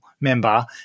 member